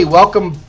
welcome